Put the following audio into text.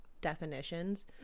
definitions